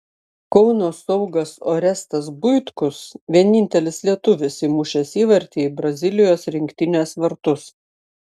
kauno saugas orestas buitkus vienintelis lietuvis įmušęs įvartį į brazilijos rinktinės vartus